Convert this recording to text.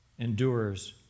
endures